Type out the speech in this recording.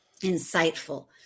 insightful